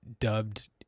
dubbed